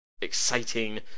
exciting